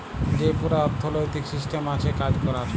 যে পুরা অথ্থলৈতিক সিসট্যাম আছে কাজ ক্যরার